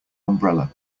umbrella